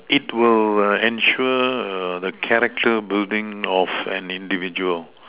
it will ensure the character building of an individual